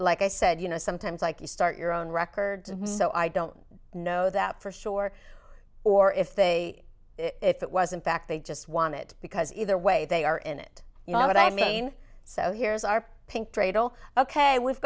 like i said you know sometimes like you start your own record so i don't know that for sure or if they if it was in fact they just want it because either way they are in it you know what i mean so here's our pink cradle ok we've